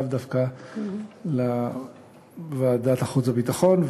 לאו דווקא בוועדת החוץ והביטחון,